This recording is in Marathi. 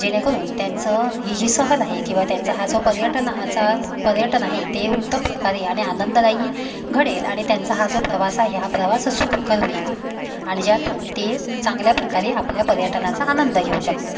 जेणेकरून त्यांचं ही जी सहल आहे किंवा त्यांचा हा जो पर्यटनाचा पर्यटन आहे ते उत्तम प्रकारे आणि आनंददायी घडेल आणि त्यांचा हा जो प्रवास आहे हा प्रवास सुखकर आणि ज्यातून ते चांगल्या प्रकारे आपल्या पर्यटनाचा आनंद घेऊ शकतात